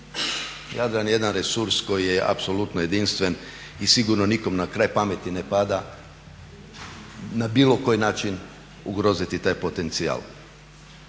Jadran je jedan resurs koji je apsolutno jedinstven i sigurno nikome na kraj pameti ne pada na bilo koji način ugroziti taj potencijal.